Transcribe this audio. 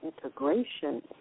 integration